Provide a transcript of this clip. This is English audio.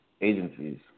agencies